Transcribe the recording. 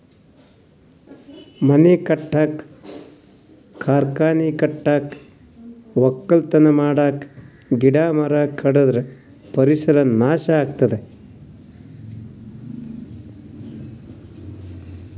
ಮನಿ ಕಟ್ಟಕ್ಕ್ ಕಾರ್ಖಾನಿ ಕಟ್ಟಕ್ಕ್ ವಕ್ಕಲತನ್ ಮಾಡಕ್ಕ್ ಗಿಡ ಮರ ಕಡದ್ರ್ ಪರಿಸರ್ ನಾಶ್ ಆತದ್